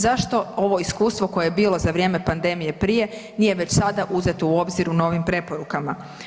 Zašto ovo iskustvo koje je bilo za vrijeme pandemije prije, nije već sada uzeto u obzir u novim preporukama?